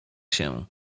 się